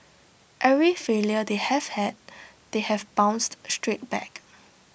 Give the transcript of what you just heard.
every failure they have had they have bounced straight back